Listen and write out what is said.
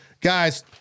guys